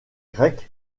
grecs